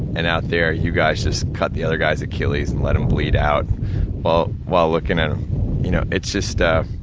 and out there, you guys just cut the other guys' achilles, and let them bleed out while while looking and you know it's just, ah